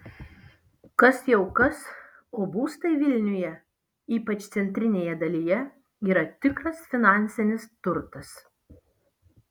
kas jau kas o būstai vilniuje ypač centrinėje dalyje yra tikras finansinis turtas